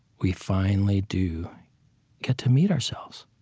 we finally do get to meet ourselves